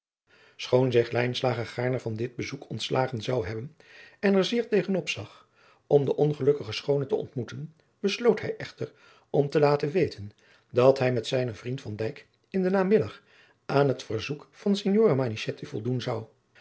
schoon zich lijnslager gaarne van dit bezoek ontslagen zou hebben en er zeer tegen opzag om de ongelukkige schoone te ontmoeten besloot hij echter om te laten weten dat hij met zijnen vriend van dijk in den namiddag aan het verzoek van signore manichetti voldoen zou